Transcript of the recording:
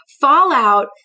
fallout